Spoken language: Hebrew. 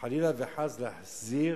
חלילה וחס על החזרת